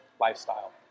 lifestyle